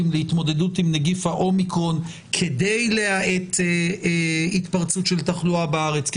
להתמודדות עם נגיף האומיקרון כדי להאט התפרצות של תחלואה בארץ,